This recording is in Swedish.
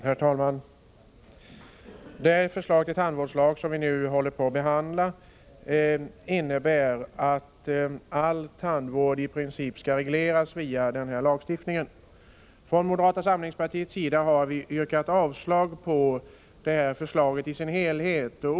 Herr talman! Det förslag till tandvårdslag som vi nu håller på att behandla innebär att all tandvård i princip skall regleras via denna lagstiftning. Från moderata samlingspartiets sida har vi yrkat avslag på förslaget i dess helhet.